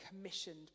commissioned